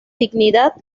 dignidad